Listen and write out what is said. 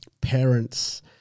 parents –